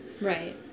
Right